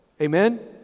Amen